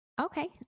Okay